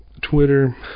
Twitter